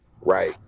Right